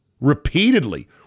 repeatedly